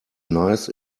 nice